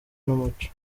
n’umuco